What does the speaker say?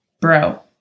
bro